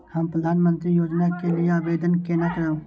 हम प्रधानमंत्री योजना के लिये आवेदन केना करब?